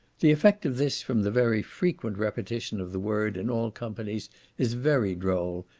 the effect of this, from the very frequent repetition of the word in all companies is very droll,